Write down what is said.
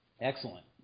Excellent